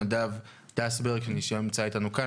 נדב דסברג שנמצא איתנו כאן.